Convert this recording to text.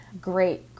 Great